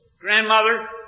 Grandmother